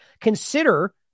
consider